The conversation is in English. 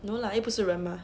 no lah eh 不是人 mah